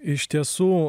iš tiesų